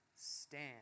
stand